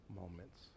moments